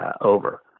over